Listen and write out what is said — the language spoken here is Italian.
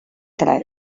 tre